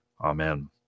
Amen